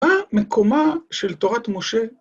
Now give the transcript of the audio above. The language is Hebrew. המקומה של תורת משה.